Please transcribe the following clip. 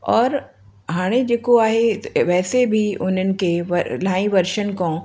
और हाणे जेको आहे वैसे बि उन्हनि खे इलाही वर्षनि खां